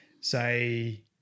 say